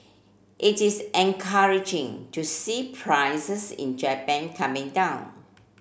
it is encouraging to see prices in Japan coming down